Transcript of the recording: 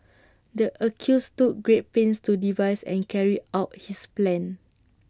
the accused took great pains to devise and carry out his plan